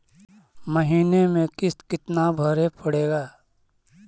महीने में किस्त कितना भरें पड़ेगा?